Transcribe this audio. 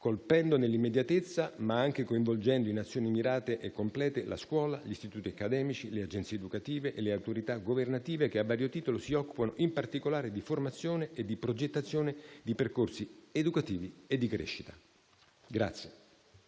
colpendo nell'immediatezza ma anche coinvolgendo in azioni mirate e complete la scuola, gli istituti accademici, le agenzie educative e le autorità governative che a vario titolo si occupano in particolare di formazione e di progettazione di percorsi educativi e di crescita.